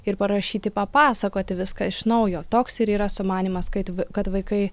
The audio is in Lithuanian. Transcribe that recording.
ir parašyti papasakoti viską iš naujo toks ir yra sumanymas kad kad vaikai